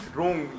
Wrong